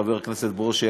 חבר הכנסת ברושי,